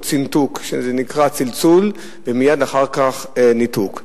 "צנתוק" שזה נקרא צלצול ומייד אחר כך ניתוק.